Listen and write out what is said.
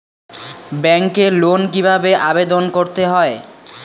ব্যাংকে লোন কিভাবে আবেদন করতে হয়?